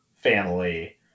family